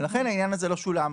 ולכן העניין הזה לא שולם.